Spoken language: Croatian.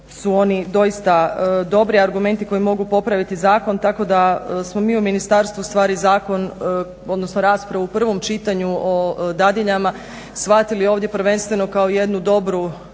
su oni doista dobri argumenti koji mogu popraviti zakon. tako da smo mi u ministarstvu stvari zakon odnosno raspravu u prvom čitanju o dadiljama shvatili ovdje prvenstveno kao jednu dobru